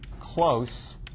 close